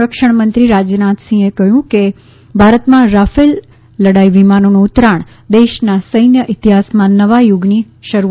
સંરક્ષણમંત્રી રાજનાથસિંહે કહ્યું છે કે ભારતમાં રાફેલ લડાઇ વિમાનોનું ઉતરાણ દેશના સૈન્ય ઇતિહાસમાં નવા યુગની શરૂઆતનું ચિહ્ન છે